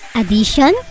addition